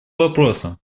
вопросом